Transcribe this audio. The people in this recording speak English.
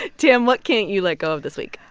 tam, what can't you let go of this week?